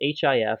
HIF